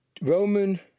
Roman